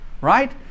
Right